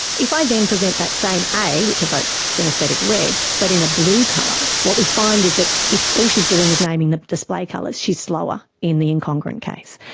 if i then present that same a, which evokes synaesthetic red, but in a blue colour, what we find is that if all she's doing is naming the display colours, she's slower in the incongruent case.